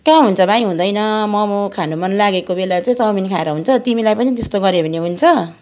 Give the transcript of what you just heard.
कहाँ हुन्छ भाइ हुँदैन मोमो खान मन लागेको बेला चाहिँ चौमिन खाएर हुन्छ तिमीलाई पनि त्यस्तो गऱ्यो भने हुन्छ